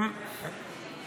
ניפגש בוועדה.